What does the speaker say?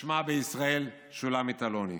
ושמה בישראל שולמית אלוני,